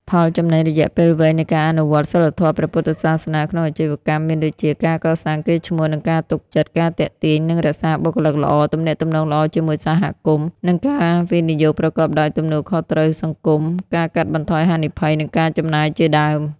ផលចំណេញរយៈពេលវែងនៃការអនុវត្តសីលធម៌ព្រះពុទ្ធសាសនាក្នុងអាជីវកម្មមានដូចជា ការកសាងកេរ្តិ៍ឈ្មោះ និងការទុកចិត្ត, ការទាក់ទាញ និងរក្សាបុគ្គលិកល្អ, ទំនាក់ទំនងល្អជាមួយសហគមន៍ និងការវិនិយោគប្រកបដោយទំនួលខុសត្រូវសង្គម, ការកាត់បន្ថយហានិភ័យ និងការចំណាយជាដើម។